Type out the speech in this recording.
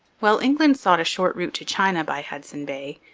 while england sought a short route to china by hudson bay,